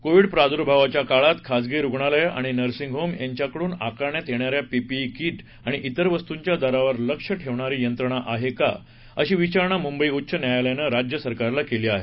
Covid प्रार्द्भावाच्या काळात खाजगी रुग्णलयं आणि नर्सींग होम यांच्या कडून आकारण्यात येणाऱ्या पीपीई किट आणि इतर वस्तुंच्या दरावर लक्ष ठेवणारी यंत्रणा आहे का अशी विचारणा मुंबई उच्च न्यायालयानं राज्य सरकारला केली आहे